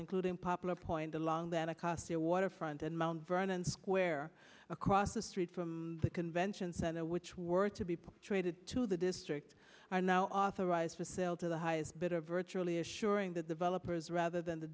including poplar point along the anacostia waterfront and mount vernon square across the street from the convention center which were to be traded to the district are now authorized to sale to the highest bidder virtually assuring that developers rather than the